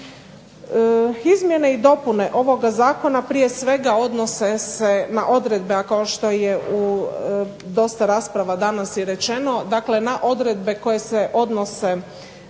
Izmjene i dopune ovog zakona prije svega odnose se na odredbe, a kao što je u dosta rasprava danas i rečeno, dakle na odredbe koje se odnose